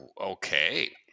okay